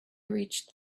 reached